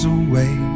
away